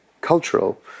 cultural